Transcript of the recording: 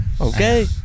Okay